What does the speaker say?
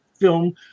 film